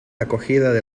acogida